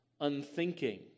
unthinking